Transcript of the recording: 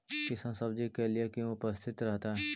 किसान सब्जी के लिए क्यों उपस्थित रहता है?